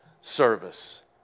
service